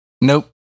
Nope